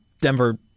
Denver